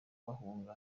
bahunga